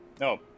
no